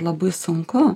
labai sunku